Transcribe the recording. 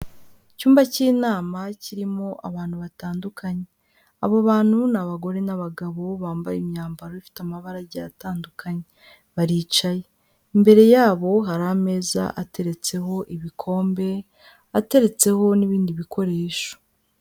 Icyumba cy'inama kirimo abantu batandukanye, abo bantu ni abagore n'abagabo bambaye imyambaro ifite amabara agiye atandukanye. Baricaye, imbere yabo hari ameza ateretseho ibikombe, ateretseho n'ibindi bikoresho.